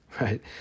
Right